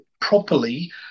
properly